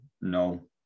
no